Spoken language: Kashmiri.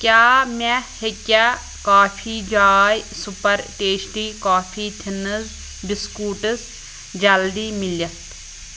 کیٛاہ مےٚ ہیٚکیٛاہ کافی جاے سُپر ٹیشٹی کافی تھِنٕز بِسکوٗٹٕز جلدی مِلِتھ